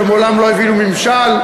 שמעולם לא הבינו ממשל,